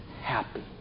happy